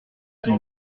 qu’il